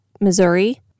Missouri